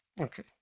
Okay